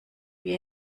wir